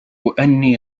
أني